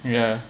yeah